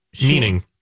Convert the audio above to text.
Meaning